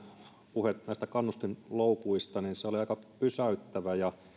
puhe näistä kannustinloukuista oli aika pysäyttävä ja